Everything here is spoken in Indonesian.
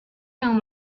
yang